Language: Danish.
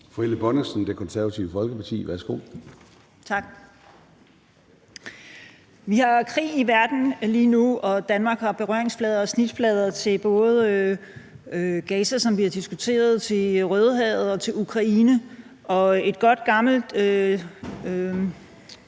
Helle Bonnesen, Det Konservative Folkeparti. Værsgo. Kl. 21:38 Helle Bonnesen (KF): Vi har krig i verden lige nu, og Danmark har berøringsflader og snitflader til både Gaza, som vi har diskuteret, til Det Røde Hav og til Ukraine. Et godt gammelt